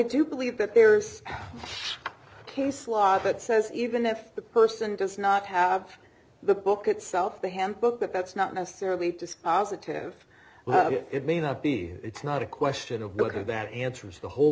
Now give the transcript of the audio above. do believe that there's case law that says even if the person does not have the book itself the hymn book that's not necessarily just as a test it may not be it's not a question of whether that answers the whole